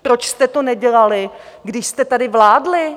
Proč jste to nedělali, když jste tady vládli?